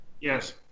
Yes